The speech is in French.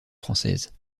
française